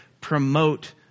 promote